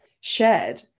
shared